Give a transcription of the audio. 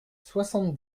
soixante